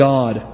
God